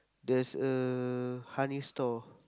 there's a honey store